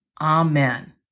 Amen